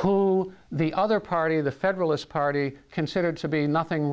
who the other party the federalist party considered to be nothing